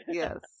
yes